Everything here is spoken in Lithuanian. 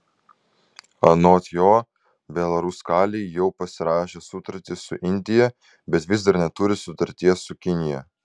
anot jo belaruskalij jau pasirašė sutartį su indija bet vis dar neturi sutarties su kinija